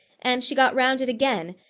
and she got round it again,